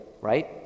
right